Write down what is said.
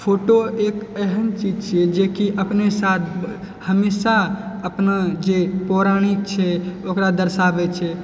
photo एक एहन चीज छियै जेकि अपने साथ हमेशा अपना जे पौराणिक छै ओकरा दर्शाबय छै